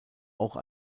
auch